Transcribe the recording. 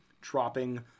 dropping